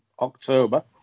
October